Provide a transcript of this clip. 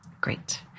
Great